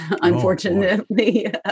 unfortunately